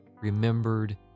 remembered